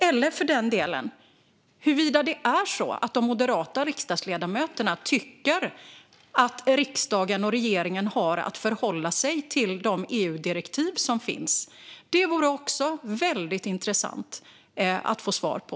Eller, för den delen, är det så att de moderata riksdagsledamöterna tycker att riksdagen och regeringen har att förhålla sig till de EU-direktiv som finns? Det vore också väldigt intressant att få svar på.